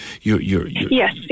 Yes